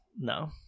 No